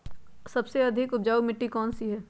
सबसे अधिक उपजाऊ मिट्टी कौन सी हैं?